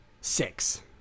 Six